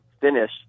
finish